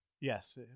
Yes